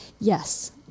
Yes